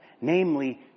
namely